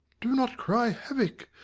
do not cry havoc,